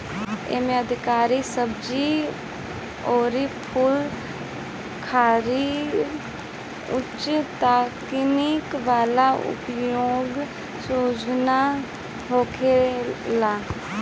एमे अधिकतर सब्जी अउरी फूल खातिर उच्च तकनीकी वाला उत्पादन सुविधा होखेला